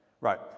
right